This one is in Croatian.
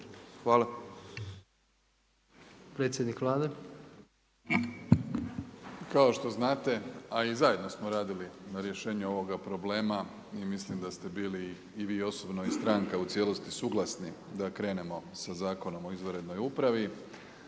Andrej (HDZ)** Kao što znate, a i zajedno smo radili na rješenju ovoga problema i mislim da ste bili i vi osobno i stranka u cijelosti suglasni da krenemo sa Zakonom o izvanrednoj upravi.